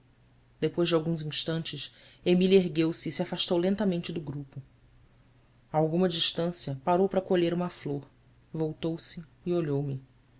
depois de alguns instantes emília ergueu-se e se afastou lentamente do grupo a alguma distância parou para colher uma flor voltou-se e olhou-me